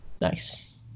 Nice